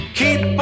keep